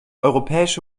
europäische